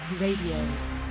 Radio